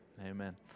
Amen